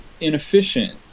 inefficient